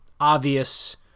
obvious